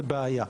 וזוהי בעיה,